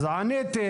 אז אני עניתי.